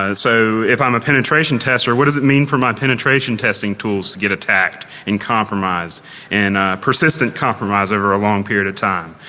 and so if i'm a penetration tester what does it mean for my penetration testing tools to get attacked and compromised and persistent compromise over a long period of time.